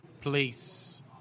place